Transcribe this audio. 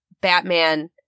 Batman